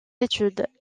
études